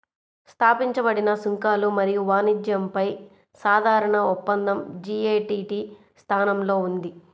స్థాపించబడిన సుంకాలు మరియు వాణిజ్యంపై సాధారణ ఒప్పందం జి.ఎ.టి.టి స్థానంలో ఉంది